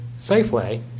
Safeway